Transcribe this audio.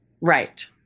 Right